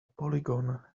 polygon